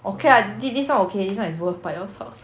okay lah thi~ this [one] okay this [one] is worth but your socks